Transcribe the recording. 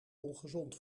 ongezond